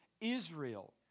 Israel